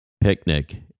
picnic